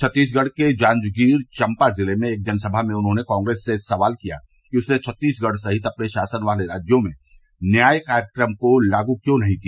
छत्तीसगढ़ में जांजगिर चंप जिले में एक जनसभा में उन्होंने कांग्रेस से सवाल किया कि उसने छत्तीसगढ़ सहित अपने शासन वाले राज्यों में न्याय कार्यक्रम को लागू क्यों नहीं किया